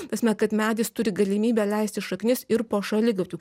ta prasme kad medis turi galimybę leisti šaknis ir po šaligatviu